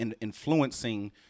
influencing